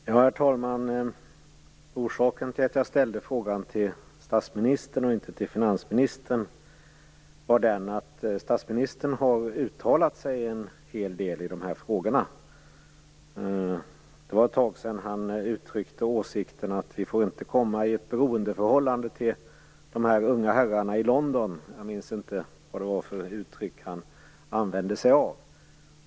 Herr talman! Orsaken till att jag ställde frågan till statsministern och inte till finansministern är den att statsministern har uttalat sig en hel del i dessa frågor. Det var ett tag sedan han uttryckte åsikten att vi inte får komma i ett beroendeförhållande till de unga herrarna i London. Jag minns inte vad det var för uttryck han använde sig av.